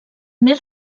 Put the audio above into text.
més